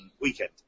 weekend